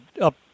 up